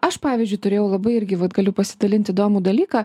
aš pavyzdžiui turėjau labai irgi vat galiu pasidalint įdomų dalyką